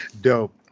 Dope